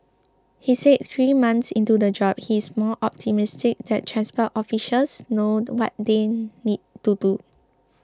he said three months into the job he is more optimistic that transport officials know what they need to do